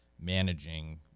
managing